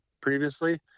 previously